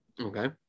Okay